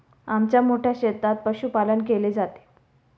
आमच्या मोठ्या शेतात पशुपालन केले जाते